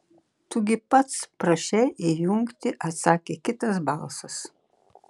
tu gi pats prašei įjungti atsakė kitas balsas